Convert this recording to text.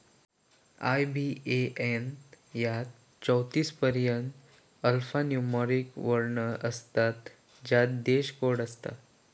IBAN यात चौतीस पर्यंत अल्फान्यूमोरिक वर्ण असतत ज्यात देश कोड असता